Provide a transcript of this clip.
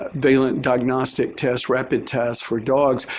ah diagnostic test, rapid test for dogs,